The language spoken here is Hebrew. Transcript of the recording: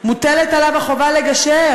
"מוטלת עליו החובה לגשר",